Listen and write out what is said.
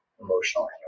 emotional